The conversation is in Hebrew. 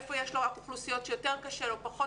איפה יש לו אוכלוסיות שיותר קשה לו או פחות